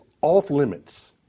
off-limits